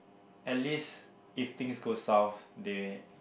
at least if things goes south they